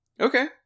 Okay